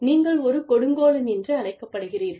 நீங்கள் ஒரு கொடுங்கோலன் என்று அழைக்கப்படுகிறீர்கள்